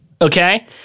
okay